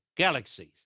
galaxies